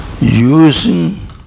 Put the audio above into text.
using